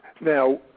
Now